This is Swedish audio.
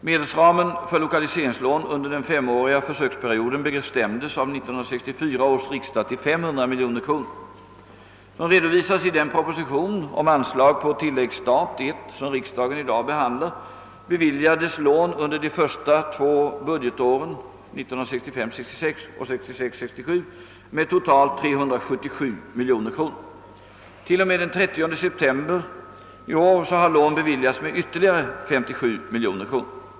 Medelsramen för lokaliseringslån under den femåriga försöksperioden bestämdes av 1964 års riksdag till 500 miljoner kronor. Som redovisats i den proposition om anslag på tilläggsstat I, som riksdagen i dag behandlar, beviljades lån under de två första budgetåren, 1965 67, med totalt 377 miljoner kronor. T.o.m. den 30 september 1967 har lån beviljats med ytterligare 57 miljoner kronor.